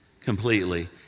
completely